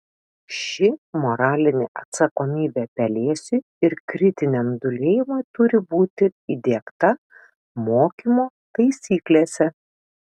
ši moralinė atsakomybė pelėsiui ir kritiniam dūlėjimui turi būti įdiegta mokymo taisyklėse